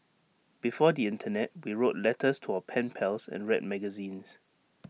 before the Internet we wrote letters to our pen pals and read magazines